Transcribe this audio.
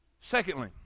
secondly